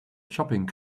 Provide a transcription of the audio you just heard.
shopping